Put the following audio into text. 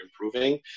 improving